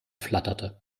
flatterte